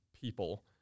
people